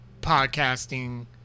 podcasting